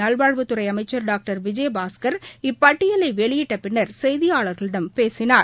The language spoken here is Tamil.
நல்வாழ்வுத்துறைஅமைச்சர் விஜயபாஸ்கர் இப்பட்டியலைவெளியிட்டபின்னர் மக்கள் செய்தியாளர்களிடம் பேசினார்